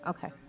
Okay